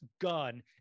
gun